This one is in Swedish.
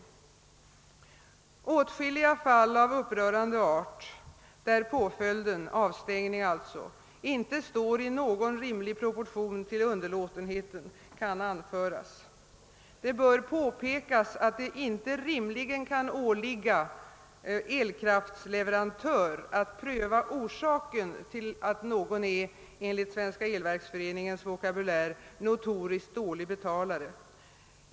Åtskilliga fall av upprörande art där påföljden, avstängning, inte står i någon rimlig proportion till underlåtenheten kan anföras. Det bör påpekas att det inte rimligen kan åligga elkraftsleverantör att pröva orsaken till att någon är — enligt Svenska elverksföreningens vokabulär — »notoriskt dålig betalare».